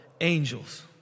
angels